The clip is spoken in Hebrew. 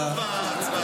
זה מה שכתוב בהצעה?